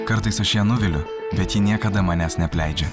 kartais aš ją nuviliu bet ji niekada manęs neapleidžia